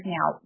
Now